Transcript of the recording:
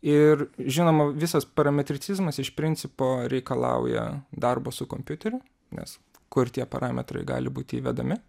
ir žinoma visas parametricizmas iš principo reikalauja darbo su kompiuteriu nes kur tie parametrai gali būti įvedami